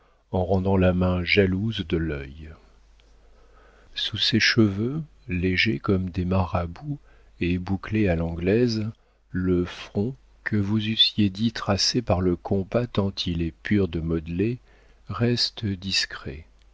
en rendant la main jalouse de l'œil sous ces cheveux légers comme des marabouts et bouclés à l'anglaise le front que vous eussiez dit tracé par le compas tant il est pur de modelé reste discret